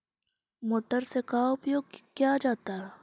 Motor से का उपयोग क्या जाता है?